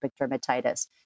dermatitis